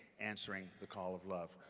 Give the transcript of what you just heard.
answering the call of love.